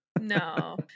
No